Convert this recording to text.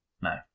No